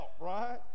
right